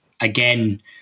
again